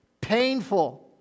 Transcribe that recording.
painful